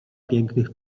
pięknych